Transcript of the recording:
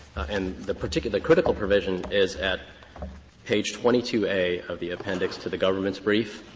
and the particular critical provision is at page twenty two a of the appendix to the government's brief.